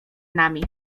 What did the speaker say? nami